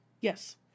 Yes